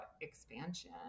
expansion